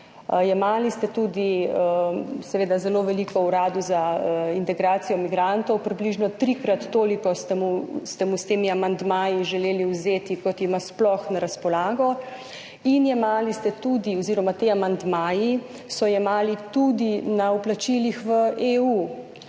Jemali ste tudi seveda zelo veliko uradu za integracijo migrantov, približno trikrat toliko ste mu s temi amandmaji želeli vzeti, kot ima sploh na razpolago, in jemali ste tudi oziroma ti amandmaji so jemali tudi na vplačilih v EU.